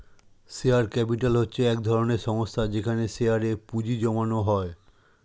share capital হচ্ছে এক ধরনের সংস্থা যেখানে শেয়ারে এ পুঁজি জমানো হয়